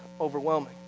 overwhelming